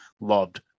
loved